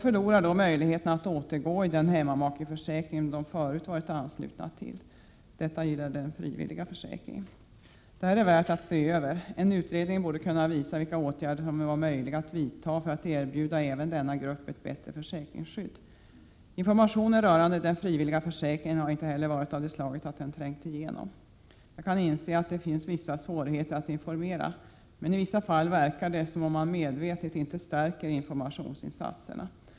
De förlorar då möjligheten att återgå i den hemmamakeförsäkring som de förut varit anslutna till. Det gäller den frivilliga försäkringen. Det är värt att se över. En utredning borde kunna visa vilka åtgärder som är möjliga att vidta för att erbjuda även denna grupp ett bättre försäkringsskydd. Informationen rörande den frivilliga försäkringen har inte heller varit av det slaget att den trängt igenom. Jag kan inse att det finns vissa svårigheter att informera, men i vissa fall verkar det som om man medvetet inte förstärker informationsinsatserna.